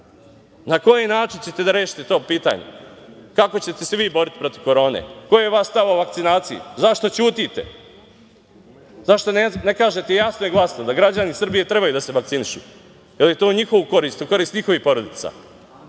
na koji način ćete da rešite to pitanje? Kako ćete se vi boriti protiv korone? Ko je od vas tamo na vakcinaciji? Zašto ćutite? Zašto ne kažete jasno i glasno da građani Srbije treba da se vakcinišu, jer je to u njihovu korist, u korist njihovih porodica,